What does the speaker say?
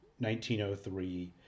1903